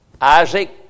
Isaac